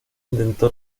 intentó